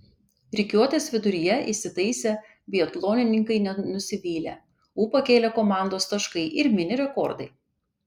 rikiuotės viduryje įsitaisę biatlonininkai nenusivylė ūpą kėlė komandos taškai ir mini rekordai